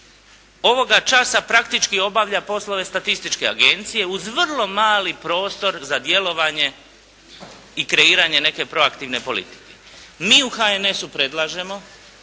ovoga časa praktički obavlja poslove statističke agencije uz vrlo mali prostor za djelovanje i kreiranje neke proaktivne politike. Mi u HNS-u predlažemo